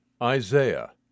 Isaiah